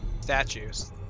Statues